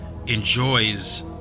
enjoys